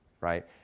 right